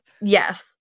Yes